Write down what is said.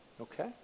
Okay